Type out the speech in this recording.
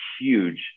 huge